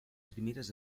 primeres